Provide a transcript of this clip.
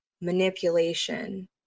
manipulation